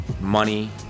money